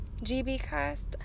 GBCast